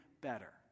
better